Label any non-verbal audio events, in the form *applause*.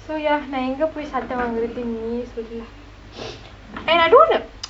so ya நான் எங்கே போய் சட்டை வாங்குறதுன்னு நீயே சொல்லு:naan enga poi sattai vaangurathunnu neeye sollu and I don't wanna *noise*